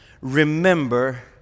remember